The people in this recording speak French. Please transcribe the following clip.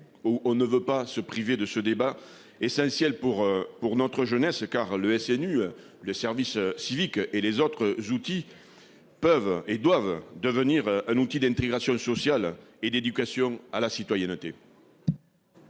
Au ne veut pas se priver de ce débat et c'est un ciel pour pour notre jeunesse. Car le SNU. Le service civique et les autres outils. Peuvent et doivent devenir un outil d'intégration sociale et d'éducation à la citoyenneté.